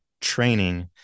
training